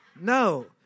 no